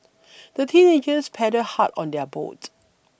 the teenagers paddled hard on their boat